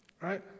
right